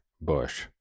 Bush